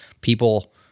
people